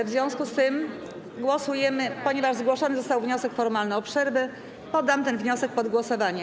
W związku z tym, ponieważ zgłoszony został wniosek formalny o przerwę, poddam ten wniosek pod głosowanie.